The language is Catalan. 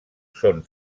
són